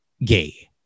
gay